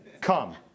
Come